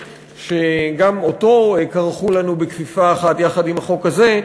שגם אותו כרכו לנו בכפיפה אחת עם החוק הזה,